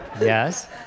yes